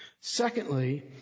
Secondly